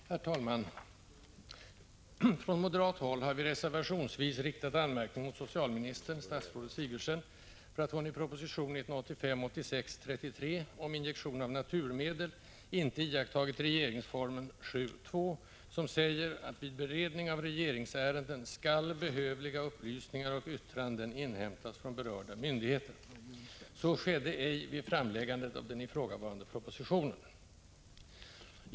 Herr talman! Från moderat håll har vi reservationsvis riktat anmärkning mot socialministern, statsrådet Sigurdsen, för att hon i proposition 1985/ 86:33 om injektion av naturmedel icke iakttagit regeringsformen 7:2, som säger att ”vid beredning av regeringsärenden skall behövliga upplysningar och yttranden inhämtas från berörda myndigheter”. Så skedde ej vid framläggandet av den ifrågavarande propositionen.